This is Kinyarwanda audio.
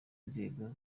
nzego